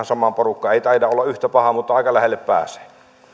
samaan porukkaan ei taida olla yhtä paha mutta aika lähelle pääsee